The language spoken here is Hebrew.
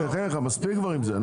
לא.